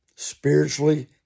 spiritually